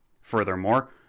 Furthermore